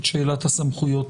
את שאלת הסמכויות,